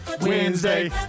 Wednesday